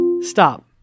stop